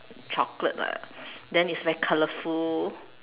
chocolate lah then it's very colourful